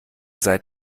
seit